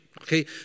Okay